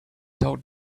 told